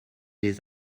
les